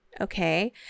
Okay